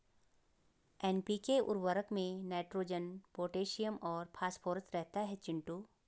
NPK उर्वरक में nitrogen potassium और फास्फोरस रहता है चिंटू